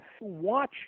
Watch